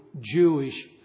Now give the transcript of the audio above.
Jewish